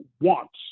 wants